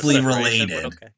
related